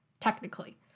technically